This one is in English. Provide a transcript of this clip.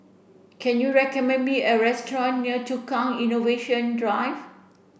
can you recommend me a restaurant near Tukang Innovation Drive